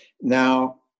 Now